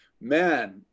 man